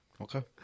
okay